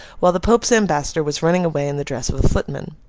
while the pope's ambassador was running away in the dress of a footman.